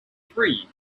three